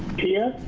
tia,